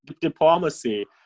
diplomacy